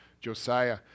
Josiah